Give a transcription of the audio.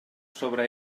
sobre